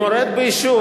הוא מורד באישור.